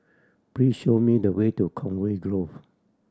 please show me the way to Conway Grove